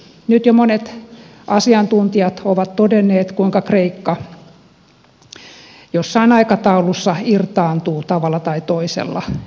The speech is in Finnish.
nyt jo monet asiantuntijat ovat todenneet kuinka kreikka jossain aikataulussa irtaantuu tavalla tai toisella eurosta